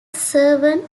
severn